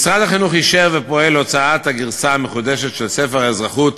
משרד החינוך אישר ופועל להוצאת הגרסה המחודשת של ספר האזרחות